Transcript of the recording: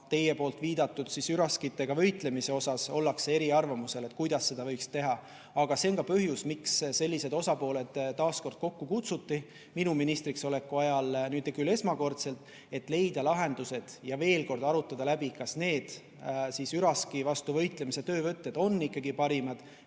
teie poolt viidatud üraskitega võitlemise suhtes ollakse eri arvamusel, et kuidas seda võiks teha. Aga see on ka põhjus, miks sellised osapooled taas kord kokku kutsuti – minu ministriks oleku ajal küll esmakordselt –, et leida lahendused ja veel kord arutada läbi, kas need üraski vastu võitlemise töövõtted on parimad